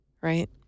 Right